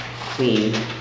clean